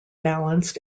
balanced